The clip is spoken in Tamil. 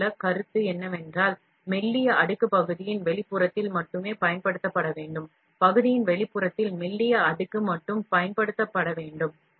இங்குள்ள கருத்து என்னவென்றால் மெல்லிய அடுக்கு பகுதியின் வெளிப்புறத்தில் மட்டுமே பயன்படுத்தப்பட வேண்டும் பகுதியின் வெளிப்புறத்தில் மெல்லிய அடுக்கு மட்டுமே பயன்படுத்தப்பட வேண்டும்